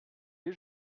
les